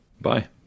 bye